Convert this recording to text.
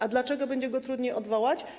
A dlaczego będzie go trudniej odwołać?